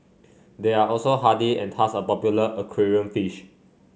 they are also hardy and thus a popular aquarium fish